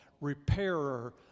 repairer